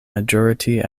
majority